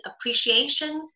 appreciation